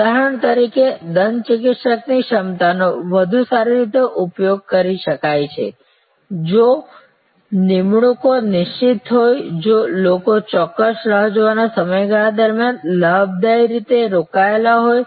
ઉદાહરણ તરીકે દંત ચિકિત્સકની ક્ષમતાનો વધુ સારી રીતે ઉપયોગ કરી શકાય છે જો નિમણૂકો નિશ્ચિત હોય જો લોકો ચોક્કસ રાહ જોવાના સમયગાળા દરમિયાન લાભદાયી રીતે રોકાયેલા હોય